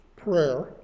prayer